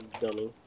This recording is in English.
Dummy